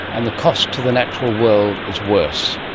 and the cost to the natural world is worse.